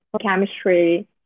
chemistry